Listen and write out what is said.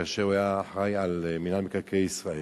כאשר הוא היה אחראי למינהל מקרקעי ישראל,